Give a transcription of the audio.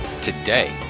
today